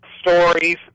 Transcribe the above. stories